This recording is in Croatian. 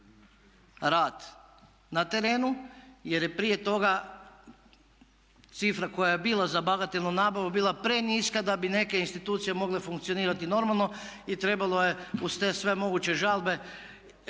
rad na terenu jer je prije toga cifra koja je bila za bagatelnu nabavu bila preniska da bi neke institucije mogle funkcionirati normalno i trebalo je uz te sve moguće žalbe